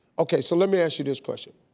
okay so let me ask you this question,